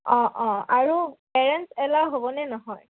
অঁ অঁ আৰু পেৰেণ্টছ এলাও হ'বনে নহয়